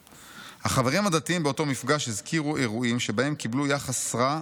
"החברים הדתיים באותו מפגש הזכירו אירועים שבהם קיבלו יחס רע,